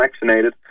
vaccinated